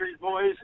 Boys